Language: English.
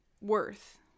worth